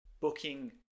booking